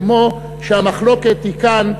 כמו שהמחלוקת היא כאן,